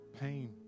Pain